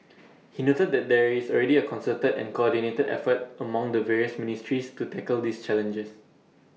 he noted that there is already A concerted and coordinated effort among the various ministries to tackle these challenges